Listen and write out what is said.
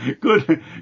Good